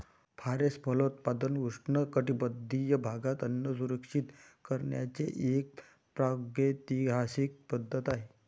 forest फलोत्पादन उष्णकटिबंधीय भागात अन्न सुरक्षित करण्याची एक प्रागैतिहासिक पद्धत आहे